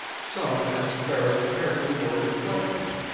some asked ferris carefully worded questions,